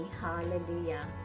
Hallelujah